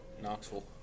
Knoxville